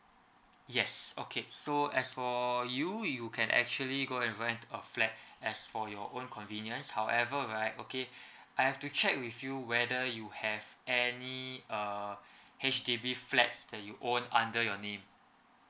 yes okay so as for you you can actually go and rent a flat as for your own convenience however right okay I have to check with you whether you have any uh H_D_B flats that you own under your name